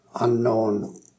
unknown